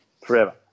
forever